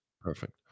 perfect